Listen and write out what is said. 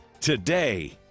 today